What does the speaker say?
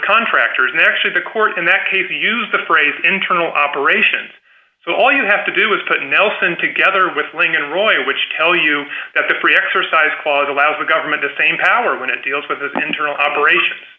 contractors and actually the court in that case he used the phrase internal operations so all you have to do is put nelson together with ling and roy which tell you that the free exercise clause allows the government the same power when it deals with this internal operation